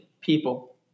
people